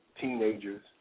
teenagers